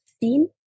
seen